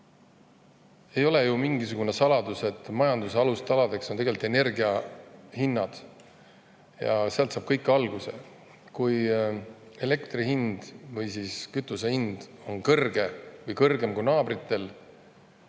Ei ole ju mingisugune saladus, et majanduse alustaladeks on energia hinnad ja sealt saab kõik alguse. Kui elektri hind või kütuse hind on kõrge või kõrgem kui naabritel,